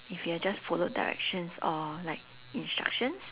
if you had just followed directions or like instructions